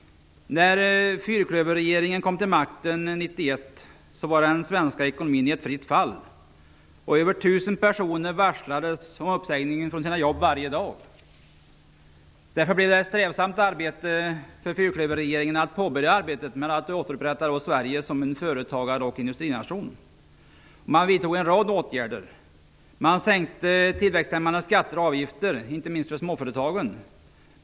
När fyrklöverregeringen kom till makten 1991 var den svenska ekonomin i fritt fall, och över 1 000 personer varslades varje dag om uppsägning från sina jobb. Därför blev det ett strävsamt arbete för fyrklöverregeringen att påbörja arbetet med att återupprätta Sverige som en företagar och industrination. Man vidtog en rad åtgärder: Man sänkte tillväxthämmande skatter och avgifter, inte minst för småföretagen.